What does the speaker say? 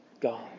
God